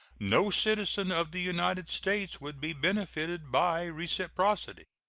no citizen of the united states would be benefited by reciprocity.